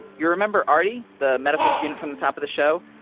you remember arti, the medical student from the top of the show,